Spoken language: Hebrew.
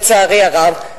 לצערי הרב,